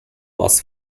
ask